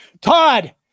Todd